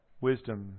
wisdom